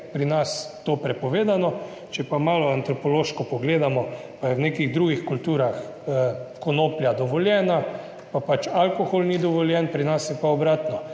pri nas to prepovedano, če pa malo antropološko pogledamo, pa je v nekih drugih kulturah konoplja dovoljena pa pač alkohol ni dovoljen, pri nas je pa obratno.